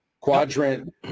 quadrant